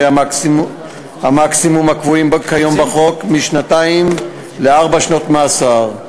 המקסימום הקבועים כיום בחוק משנתיים לארבע שנות מאסר,